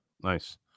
Nice